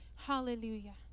hallelujah